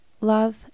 love